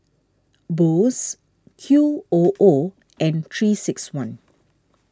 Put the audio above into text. Bose Q O O and three six one